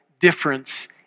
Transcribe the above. difference